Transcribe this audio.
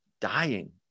dying